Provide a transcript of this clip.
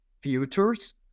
futures